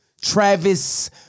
Travis